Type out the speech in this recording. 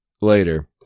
later